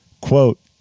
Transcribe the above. Quote